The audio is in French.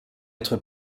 être